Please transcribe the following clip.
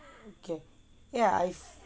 okay ya I've